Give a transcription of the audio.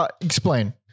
Explain